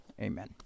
Amen